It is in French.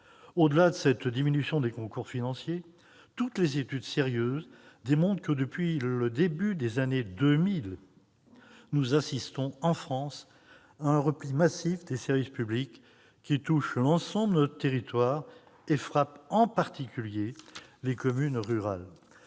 Au-delà de cette diminution des concours financiers, toutes les études sérieuses démontrent que, depuis le début des années 2000, nous assistons, en France, à un repli massif des services publics. Ce repli touche l'ensemble de notre territoire et frappe en particulier les communes rurales.